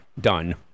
Done